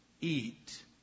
eat